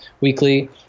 weekly